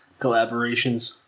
collaborations